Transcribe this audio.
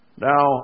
Now